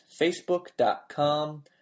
facebook.com